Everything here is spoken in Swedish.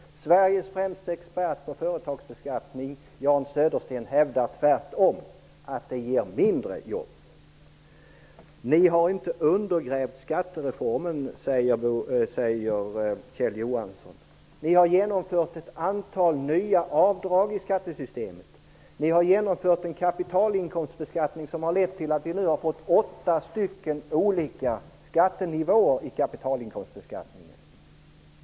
Sveriges främste expert på företagsbeskattning, Jan Södersten, hävdar att det är tvärtom; det ger mindre jobb. Vi har inte undergrävt skattereformen, säger Kjell Johansson. Men ni har infört ett antal nya avdrag i skattesystemet. Ni har genomfört en kapitalinkomstbeskattning som har lett till att vi nu har åtta olika nivåer i kapitalinkomstbeskattningen.